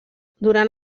durant